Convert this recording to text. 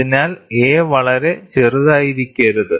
അതിനാൽ a വളരെ ചെറുതായിരിക്കരുത്